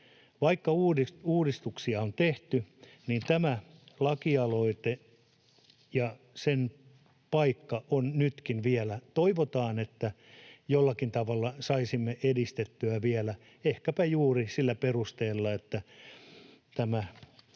Vaikka uudistuksia on tehty, niin tämä lakialoite ja sen paikka on nytkin vielä. Toivotaan, että jollakin tavalla saisimme tätä edistettyä vielä, ehkäpä juuri sillä perusteella, että tämä